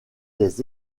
des